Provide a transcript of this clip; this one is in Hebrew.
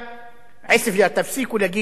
תפסיקו להגיד עוספיא,